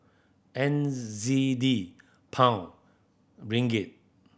N Z D Pound Ringgit